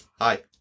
hi